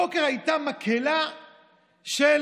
הבוקר הייתה מקהלה של